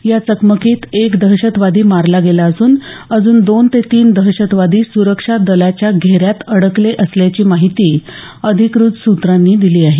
या चकमकीत एक दहशतवादी मारला गेला असून अजून दोन ते तीन दहशतवादी सुरक्षा दलाच्या घेऱ्यात अडकले असल्याची माहिती अधिकृत सूत्रांनी दिली आहे